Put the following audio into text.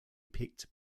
picked